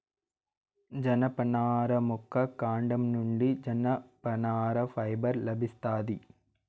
జనపనార మొక్క కాండం నుండి జనపనార ఫైబర్ లభిస్తాది